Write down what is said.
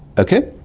okay,